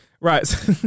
Right